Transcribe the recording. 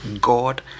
God